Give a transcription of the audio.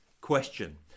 question